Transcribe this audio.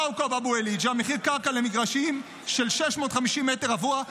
בכאוכב אבו אל-היג'א מחיר קרקע למגרשים של 650 מטר רבוע,